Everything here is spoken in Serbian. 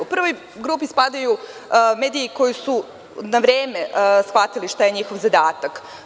U prvu grupu spadaju mediji koji su na vreme shvatili šta je njihov zadatak.